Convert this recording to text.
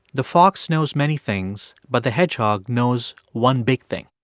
the fox knows many things, but the hedgehog knows one big thing.